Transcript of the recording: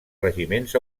regiments